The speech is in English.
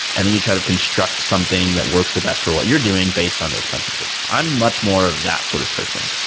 and then you try to construct something that works the best for what you're doing based on those principles. i'm much more of that sort of person.